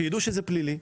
שידעו שזה פלילי,